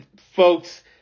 Folks